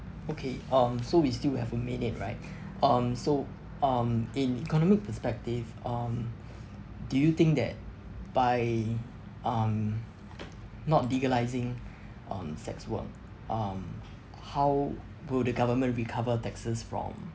okay um so we still have a minute right um so um in economic perspective um do you think that by um not legalising on sex work um how will the government recover taxes from